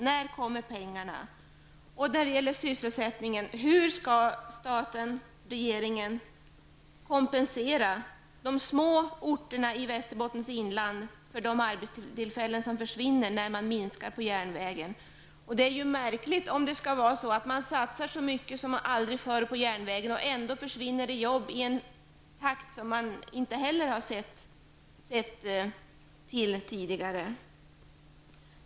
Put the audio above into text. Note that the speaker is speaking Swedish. När kommer pengarna? Västerbottens inland för de arbetstillfällen som försvinner när man minskar på järnvägen? Det är märkligt om man satsar som aldrig förr på järnvägen och jobb ändå försvinner i en takt som man inte heller har sett tidigare.